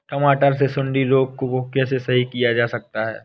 टमाटर से सुंडी रोग को कैसे सही किया जा सकता है?